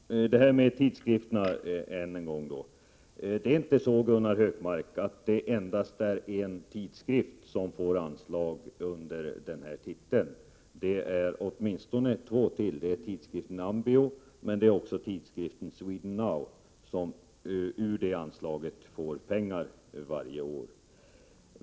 Herr talman! Jag återkommer till det här med tidskrifterna ännu en gång. — 7 april 1988 Det är inte så, Gunnar Hökmark, att det endast är en tidskrift som får anslag under den här titeln. Det är åtminstone två till, tidskriften AMBIO och tidskriften Sweden Now, som får pengar ur det anslaget varje år.